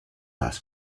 ask